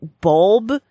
bulb